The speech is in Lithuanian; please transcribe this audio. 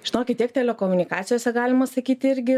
žinokit tiek telekomunikacijose galima sakyti irgi